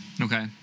Okay